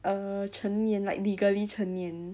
err 成年 like legally 成年